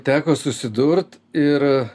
teko susidurt ir